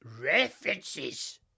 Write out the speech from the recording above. references